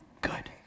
good